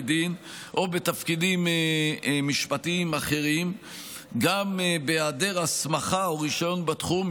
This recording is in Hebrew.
דין או בתפקידים משפטיים אחרים גם בהיעדר הסמכה או רישיון בתחום,